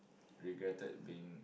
regretted being